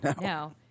No